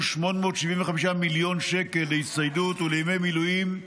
875 מיליון שקל להצטיידות ולימי מילואים,